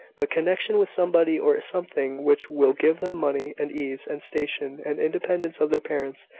but connection with somebody or something which will give them money, and ease, and station, and independence of their parents.